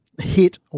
hit